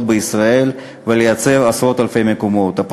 בישראל ולייצר עשרות אלפי מקומות עבודה.